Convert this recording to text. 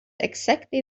exactly